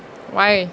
why